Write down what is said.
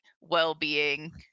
well-being